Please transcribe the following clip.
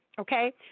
Okay